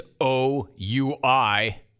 O-U-I